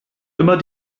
immer